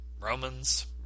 Romans